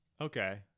okay